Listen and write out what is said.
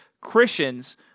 Christians